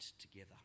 together